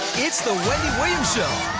it's the wendy williams show